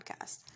podcast